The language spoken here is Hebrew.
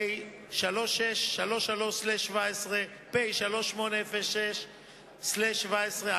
פ/3633/17, פ/3806/17.